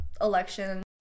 election